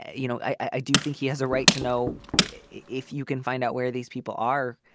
you know, i do think he has a right to know if you can find out where these people are